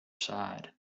side